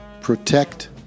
protect